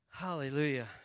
Hallelujah